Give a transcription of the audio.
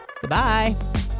Goodbye